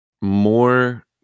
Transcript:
more